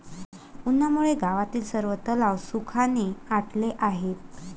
उन्हामुळे गावातील सर्व तलाव सुखाने आटले आहेत